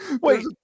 wait